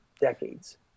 decades